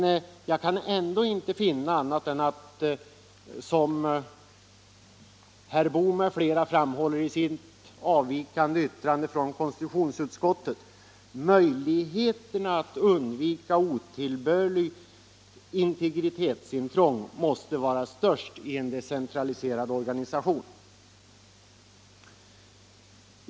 Men jag kan ändå inte finna annat än att det är riktigt som herr Boo och några andra ledamöter framhåller, när de anmält avvikande mening mot konstitutionsutskottets yttrande, att möjligheterna att undvika otillbörligt integritetsintrång måste vara störst i en decentraliserad organisation.